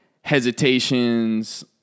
hesitations